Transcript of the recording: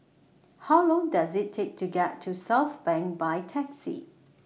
How Long Does IT Take to get to Southbank By Taxi